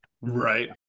right